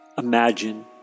Imagine